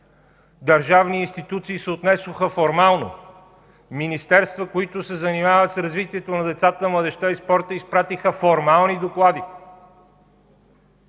Държавни институции се отнесоха формално. Министерства, които се занимават с развитието на децата, младежта и спорта, изпратиха формални доклади.